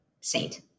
saint